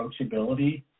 approachability